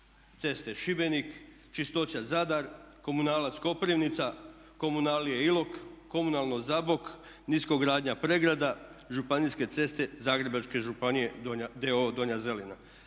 Ceste Šibenik, Čistoća Zadar, Komunalac Koprivnica, Komunalije Ilok, Komunalno Zabok, Niskogradnja Pregrada, Županijske ceste Zagrebačke županije d.o.o. Donja Zelina.